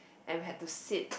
and we had to sit